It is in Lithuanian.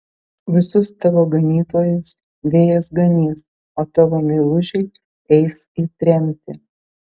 visus tavo ganytojus vėjas ganys o tavo meilužiai eis į tremtį